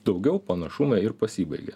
daugiau panašumai ir pasibaigia